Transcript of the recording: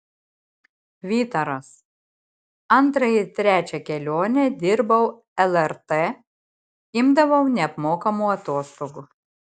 vytaras antrą ir trečią kelionę dirbau lrt imdavau neapmokamų atostogų